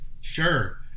Sure